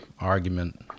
argument